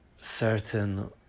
certain